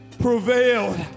prevailed